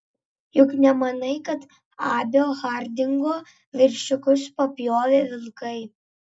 juk nemanai kad abio hardingo veršiukus papjovė vilkai